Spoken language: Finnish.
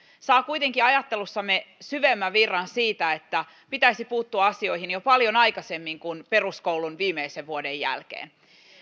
saa kuitenkin ajattelussamme syvemmän virran siitä että pitäisi puuttua asioihin jo paljon aikaisemmin kuin peruskoulun viimeisen vuoden jälkeen